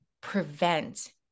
prevent